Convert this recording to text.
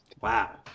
Wow